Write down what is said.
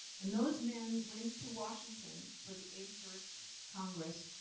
and those men went to washington for the eighty first congress,